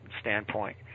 standpoint